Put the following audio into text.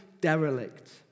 derelict